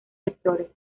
sectores